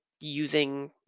using